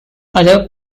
other